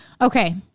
Okay